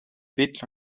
bit